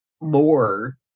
more